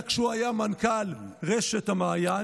אני מכיר את מה שחיים ביטון עשה לא כשר אלא כשהוא היה מנכ"ל רשת המעיין.